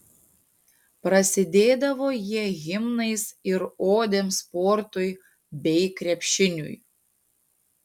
prasidėdavo jie himnais ir odėm sportui bei krepšiniui